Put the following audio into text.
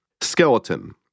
Skeleton